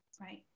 right